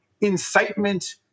incitement